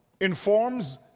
informs